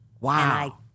Wow